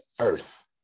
Earth